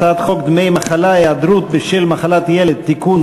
הצעת חוק דמי מחלה (היעדרות בשל מחלת ילד) (תיקון,